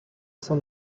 son